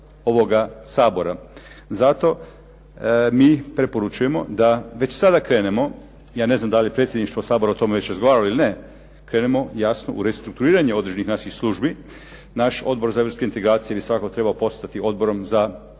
ovoga Sabora. Zato mi preporučujemo da već sada krenemo, ja ne znam da li je predsjedništvo Sabora o tome već razgovaralo ili ne, krenemo jasno u restrukturiranje određenih naših službi. Naš Odbor za europske integracije bi svakako trebao postati Odborom za europska